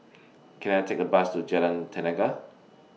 Can I Take A Bus to Jalan Tenaga